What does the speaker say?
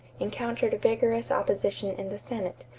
encountered vigorous opposition in the senate,